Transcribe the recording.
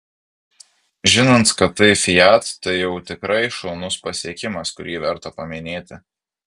žinant kad tai fiat tai jau tikrai šaunus pasiekimas kurį verta paminėti